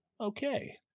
okay